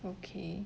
okay